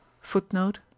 Footnote